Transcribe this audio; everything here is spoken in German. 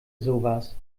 sowas